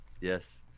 Yes